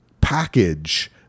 package